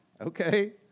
Okay